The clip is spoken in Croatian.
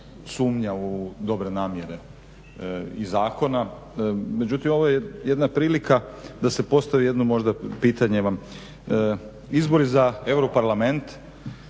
sumnja u dobre namjere i zakona, međutim ovo je jedna prilika da se postavi jedno možda pitanje vam. Izbori za Euro parlament,